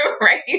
right